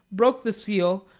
broke the seal,